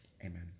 Amen